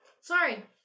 Sorry